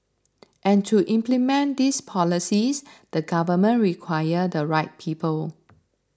and to implement these policies the government require the right people